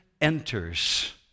enters